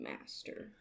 master